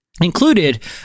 included